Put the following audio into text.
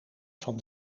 van